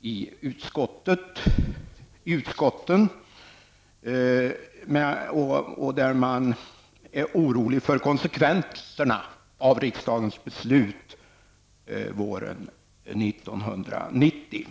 i utskotten. Man är orolig för konsekvenserna av riksdagens beslut från våren 1990.